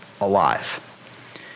alive